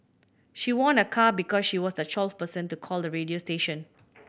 she won a car because she was the twelfth person to call the radio station